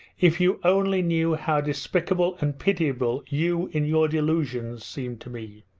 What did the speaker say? if you only knew how despicable and pitiable you, in your delusions, seem to me!